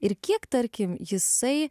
ir kiek tarkim jisai